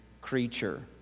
creature